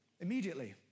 Immediately